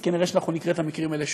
אז כנראה אנחנו נראה את המקרים האלה שוב.